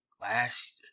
Last